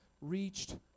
reached